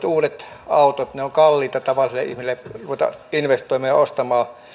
uudet autot ovat kalliita tavallisille ihmisille ruveta investoimaan ja ostamaan